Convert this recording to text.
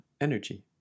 energy